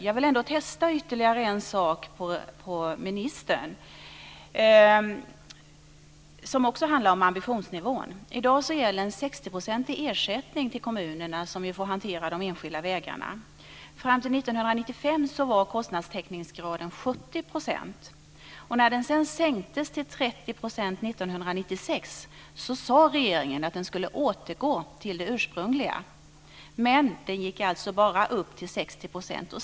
Jag vill ändå testa ytterligare en sak på ministern som också handlar om ambitionsnivån. I dag utgår 60 % ersättning till kommunerna för att hantera de enskilda vägarna. Fram till 1995 var kostnadstäckningsgraden 70 %. När den sedan sänktes till 30 % 1996 sade regeringen att den skulle återgå till det ursprungliga. Men den gick bara upp till 60 %.